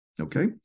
okay